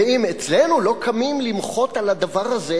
אם אצלנו לא קמים למחות על הדבר הזה,